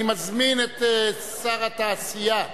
אני מזמין את שר התעשייה,